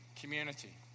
community